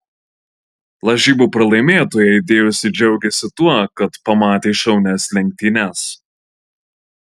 lažybų pralaimėtojai dėjosi džiaugiąsi tuo kad pamatė šaunias lenktynes